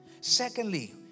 Secondly